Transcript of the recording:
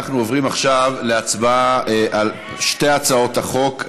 אנחנו עוברים עכשיו להצבעה על שתי הצעות החוק.